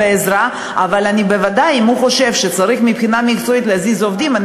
אבל בוודאי אם הוא חושב שצריך להזיז עובדים מבחינה מקצועית,